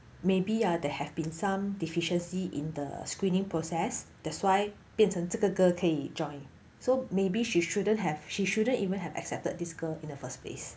maybe ah there have been some deficiency in the screening process that's why 变成这个 girl 可以 join so she shouldn't have she shouldn't even have accepted this girl in the first place